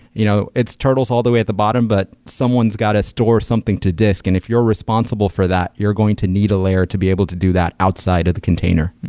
you know turtles all the way at the bottom, but someone's got to store something to disk, and if you're responsible for that, you're going to need a layer to be able to do that outside of the container.